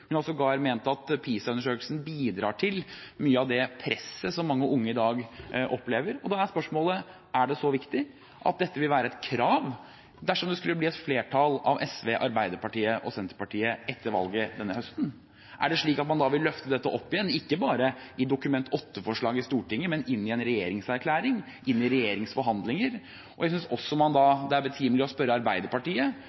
Hun har sågar ment at PISA-undersøkelsen bidrar til mye av det presset som mange unge i dag opplever. Da er spørsmålet: Er dette så viktig at det vil være et krav dersom SV, Arbeiderpartiet og Senterpartiet skulle få flertall etter valget denne høsten? Er det slik at man da vil løfte dette opp igjen, ikke bare i Dokument 8-forslag i Stortinget, men i en regjeringserklæring, i regjeringsforhandlinger? Jeg synes også det da